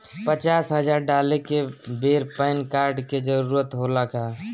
पचास हजार डाले के बेर पैन कार्ड के जरूरत होला का?